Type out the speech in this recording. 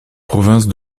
province